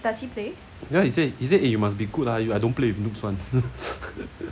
ya he say he say you must be good lah I don't play with noobs one